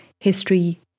history